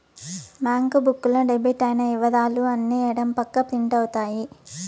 bank book లో debit అయిన ఇవరాలు అన్ని ఎడం పక్క ప్రింట్ అవుతాయి